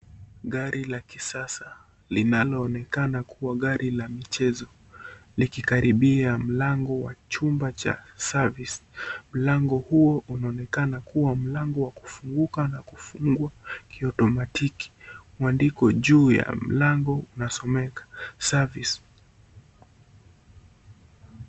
Gari la kisasa linaloonekana kuwa gari la mchezo likikaribia mlango wa chumba cha (CS)service(CS).Mlango huo unaonekana kuwa mlango wa kufunguka na kufungua kiutonatiki maandiko juu ya lango inasomeka, service.